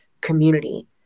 community